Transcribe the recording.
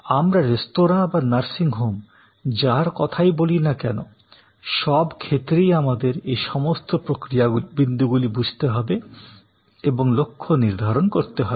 আমরা রেস্তোরাঁ বা নার্সিং হোম যার কথাই বলি না কেন সব ক্ষেত্রেই আমাদের এই সমস্ত প্রক্রিয়া বিন্দুগুলি বুঝতে হবে এবং লক্ষ্য নির্ধারণ করতে হবে